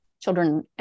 children